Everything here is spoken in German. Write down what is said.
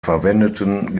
verwendeten